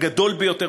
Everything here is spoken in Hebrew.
הגדול ביותר,